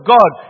God